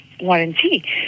warranty